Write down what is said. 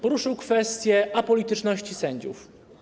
Poruszył kwestię apolityczności sędziów.